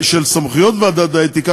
סמכויות ועדת האתיקה,